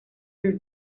your